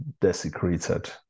desecrated